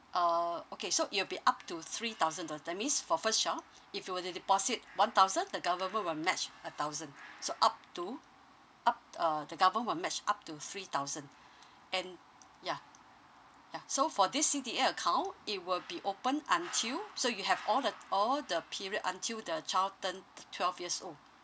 uh okay so it will be up to three thousand dollar that means for first child if you were to deposit one thousand the government will match a thousand so up to up uh the government will match up to three thousand and yeah yeah so for this C_D_A account it will be open until so you have all the all the period until the child turn t~ twelve years old